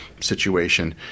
situation